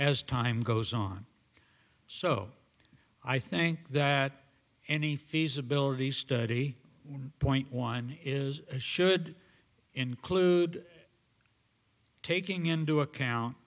as time goes on so i think that any feasibility study point one is should include taking into account